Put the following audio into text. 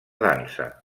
dansa